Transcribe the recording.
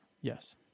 Yes